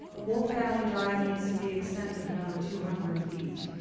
wolf valley drive needs to be extended another two hundred feet.